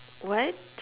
what